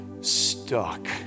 stuck